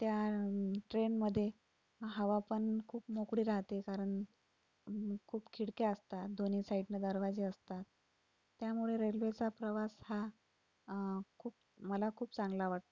त्या ट्रेनमध्ये हवा पण खूप मोकळी राहते कारण खूप खिडक्या असतात दोन्ही साईडनं दरवाजे असतात त्यामुळे रेल्वेचा प्रवास हा खूप मला खूप चांगला वाटतो